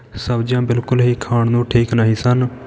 ਸਬਜ਼ੀਆਂ ਬਿਲਕੁਲ ਹੀ ਖਾਣ ਨੂੰ ਠੀਕ ਨਹੀਂ ਸਨ